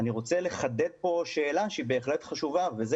אני רוצה לחדד כאן שאלה שהיא בהחלט חשובה וזאת